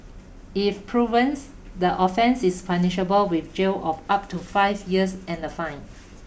if proven the offence is punishable with jail of up to five years and a fine